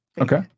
okay